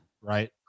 right